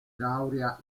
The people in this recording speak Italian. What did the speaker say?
laurea